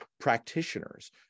practitioners